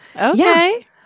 Okay